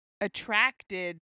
attracted